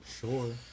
sure